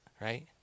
right